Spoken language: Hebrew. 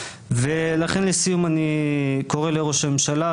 לסיום אני קורא לראש הממשלה,